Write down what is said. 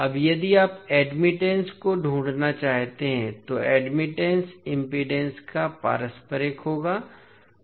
अब यदि आप एडमिटन्स को ढूंढना चाहते हैं तो एडमिटन्स इम्पीडेन्स का पारस्परिक होगा